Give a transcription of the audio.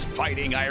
fighting